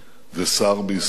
ושר בישראל.